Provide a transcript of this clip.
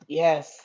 yes